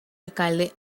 alcalde